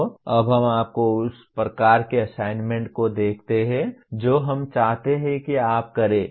तो अब हम आपको उस प्रकार के असाइनमेंट को देखते हैं जो हम चाहते हैं की आप करें